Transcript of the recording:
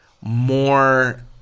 more